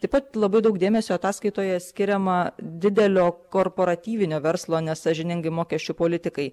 taip pat labai daug dėmesio ataskaitoje skiriama didelio korporatyvinio verslo nesąžiningai mokesčių politikai